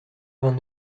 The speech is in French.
vingt